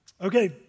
Okay